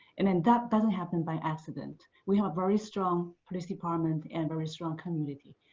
and then that doesn't happen by accident. we have very strong police department and very strong community.